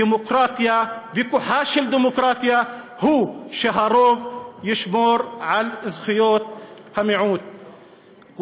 דמוקרטיה וכוחה של דמוקרטיה הוא שהרוב ישמור על זכויות המיעוט.